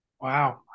Wow